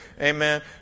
amen